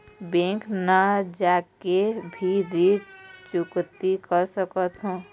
Bank न जाके भी ऋण चुकैती कर सकथों?